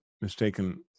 mistaken